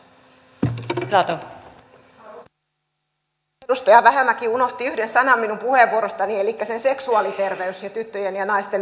luulen että edustaja vähämäki unohti yhden asian minun puheenvuorostani elikkä seksuaaliterveyden ja tyttöjen ja naisten oikeudet